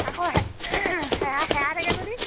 আকৌ হে হেৰাই হেৰাই থাকে যদি